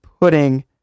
putting